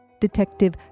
Detective